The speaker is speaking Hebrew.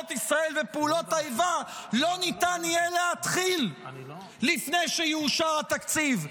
ישראל ופעולות האיבה לא ניתן יהיה להתחיל לפני שיאושר התקציב.